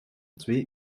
twee